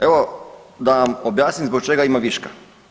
Evo da vam objasnim zbog čega ima viška.